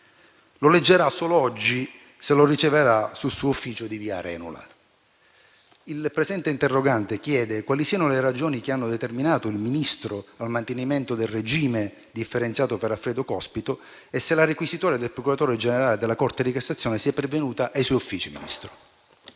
Lo leggerà solo oggi se lo riceverà nel suo ufficio di via Arenula». Il presente interrogante chiede quali siano le ragioni che hanno determinato il Ministro al mantenimento del regime differenziato per Alfredo Cospito e se la requisitoria del procuratore generale della Corte di cassazione sia pervenuta ai suoi uffici.